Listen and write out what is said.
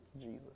Jesus